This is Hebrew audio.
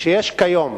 שיש היום